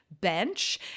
bench